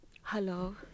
Hello